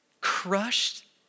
crushed